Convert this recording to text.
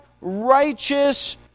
righteous